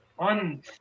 On